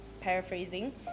Paraphrasing